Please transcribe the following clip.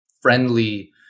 friendly